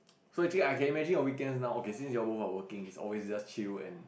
so actually I can imagine your weekends now okay since you both are working it's always just chill and